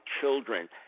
children